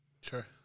Sure